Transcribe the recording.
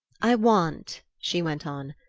i want, she went on,